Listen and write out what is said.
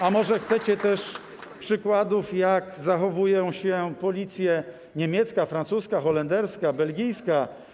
A może chcecie też przykładów, jak zachowują się policje: niemiecka, francuska, holenderska, belgijska?